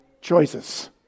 choices